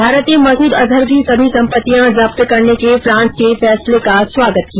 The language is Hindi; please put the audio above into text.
भारत ने मसूद अजहर की सभी सम्पत्तियां जब्त करने के फ्रांस के फैसले का स्वागत किया